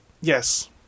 Yes